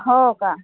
हो का